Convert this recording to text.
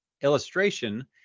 illustration